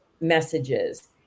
messages